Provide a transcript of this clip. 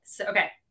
Okay